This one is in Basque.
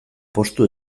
postu